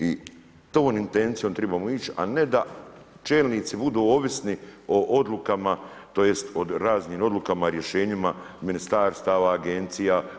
I tom intencijom tribamo ići, a ne da čelnici budu ovisni o odlukama, tj. o raznim odlukama, rješenjima ministarstava, agencija.